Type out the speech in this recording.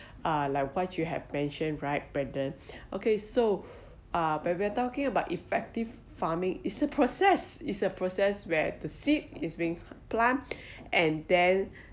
uh like what you have mentioned right back then okay so uh but we're talking about effective farming is a process is a process where the seat is being planted and then